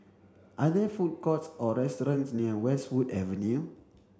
are there food courts or restaurants near Westwood Avenue